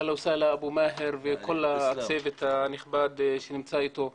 אהלן וסהלן לאבו מאהר ולכל הצוות הנכבד שנמצא אתו כאן.